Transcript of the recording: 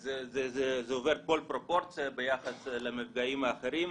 אז זה עובר כל פרופורציה ביחס למפגעים האחרים.